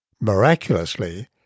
Miraculously